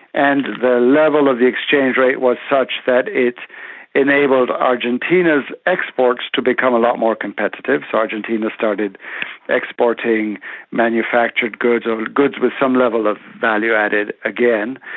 and the level of the exchange rate was such that it enabled argentina's exports to become a lot more competitive, so argentina started exporting manufactured goods, or goods with some level of value added again.